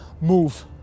move